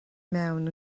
mewn